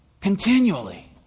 continually